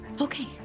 Okay